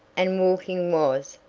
and walking was,